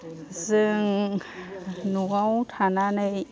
जों न'आव थानानै